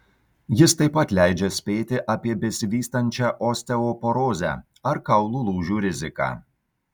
jis taip pat leidžia spėti apie besivystančią osteoporozę ar kaulų lūžių riziką